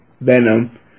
Venom